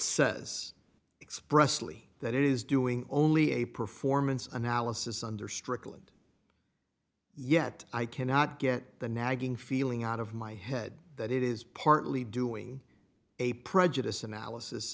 says expressly that it is doing only a performance analysis under strickland yet i cannot get the nagging feeling out of my head that it is partly doing a prejudice analysis